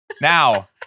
Now